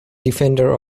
defender